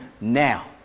now